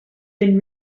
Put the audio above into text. been